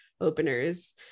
openers